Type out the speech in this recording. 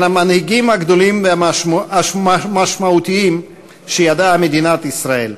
מהמנהיגים הגדולים והמשמעותיים שידעה מדינת ישראל.